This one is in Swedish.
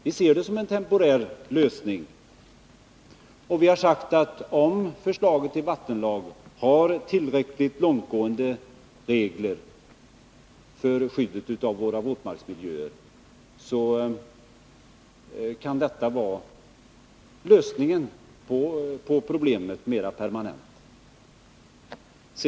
Vi ser det som en temporär lösning, och vi har sagt att om förslaget till vattenlag innehåller tillräckligt långtgående regler för skyddet av våra våtmarksmiljöer, så kan det vara lösningen på problemet mera permanent.